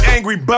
Angry